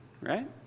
right